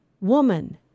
woman